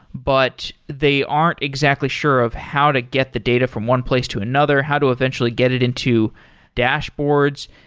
but they aren't exactly sure of how to get the data from one place to another, how to eventually get it into dashboards.